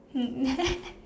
hmm